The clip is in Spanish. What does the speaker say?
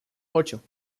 ocho